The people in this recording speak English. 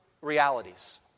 realities